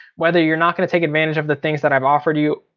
whether you're not gonna take advantage of the things that i've offered you,